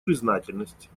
признательность